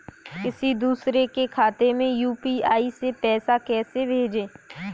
किसी दूसरे के खाते में यू.पी.आई से पैसा कैसे भेजें?